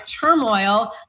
turmoil